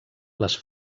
les